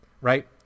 right